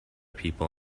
people